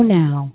now